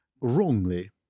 wrongly